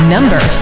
Number